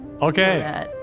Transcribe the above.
Okay